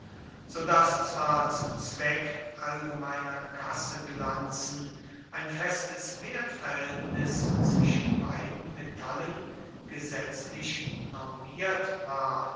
daß zwar zum zweck allgemeiner kassebilanzen ein festes wertverhältnis zwischen beiden metallen gesetzlich normiert war